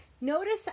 Notice